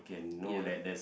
ya